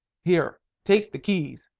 here, take the keys,